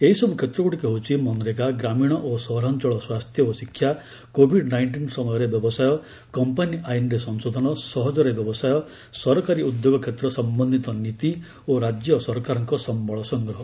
ଏହିସବୁ କ୍ଷେତ୍ରଗୁଡ଼ିକ ହେଉଛି ମନରେଗା ଗ୍ରାମୀଣ ଓ ସହରାଞ୍ଚଳ ସ୍ୱାସ୍ଥ୍ୟ ଓ ଶିକ୍ଷା କୋଭିଡ୍ ନାଇଣ୍ଟିନ୍ ସମୟରେ ବ୍ୟବସାୟ କମ୍ପାନୀ ଆଇନରେ ସଂଶୋଧନ ସହଜରେ ବ୍ୟବସାୟ ସରକାରୀ ଉଦ୍ୟୋଗ କ୍ଷେତ୍ର ସମ୍ବନ୍ଧିତ ନୀତି ଓ ରାଜ୍ୟ ସରକାରଙ୍କ ସମ୍ଭଳ ସଂଗ୍ରହ